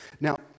Now